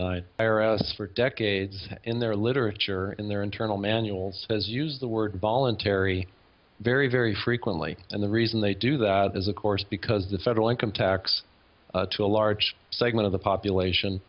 outs for decades in their literature in their internal manuals has used the word voluntary very very frequently and the reason they do that is of course because the federal income tax to a large segment of the population